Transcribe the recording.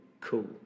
cool